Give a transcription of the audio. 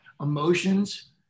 Emotions